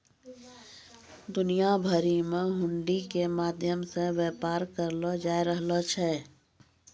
दुनिया भरि मे हुंडी के माध्यम से व्यापार करलो जाय रहलो छै